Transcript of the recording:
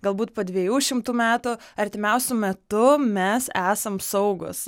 galbūt po dviejų šimtų metų artimiausiu metu mes esam saugūs